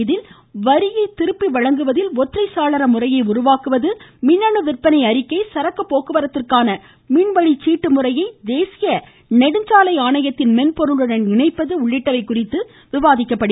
இதில் வரியை திருப்பி வழங்குவதில் ஒற்றைச்சாளர முறையை உருவாக்குவது மின்னணு விற்பனை அறிக்கை சரக்கு போக்குவரத்திற்கான மின்வழிச்சீட்டு முறையை தேசிய நெடுஞ்சாலை ஆணையத்தின் மென்பொருளுடன் இணைப்பது உள்ளிட்டவை குறித்து விவாதிக்கப்படும்